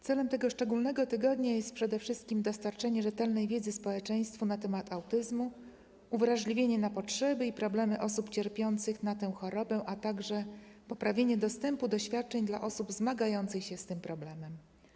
Celem tego szczególnego tygodnia jest przede wszystkim dostarczenie rzetelnej wiedzy społeczeństwu na temat autyzmu, uwrażliwienie na potrzeby i problemy osób cierpiących na tę chorobę, a także poprawienie dostępu do świadczeń dla osób zmagających się z tym problemem.